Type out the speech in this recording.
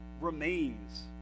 remains